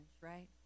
right